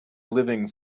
living